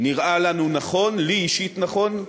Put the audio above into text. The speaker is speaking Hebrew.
נראה לנו, לי אישית, נכון.